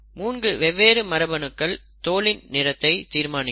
3 வெவ்வேறு மரபணுக்கள் தோலின் நிறத்தை தீர்மானிக்கும்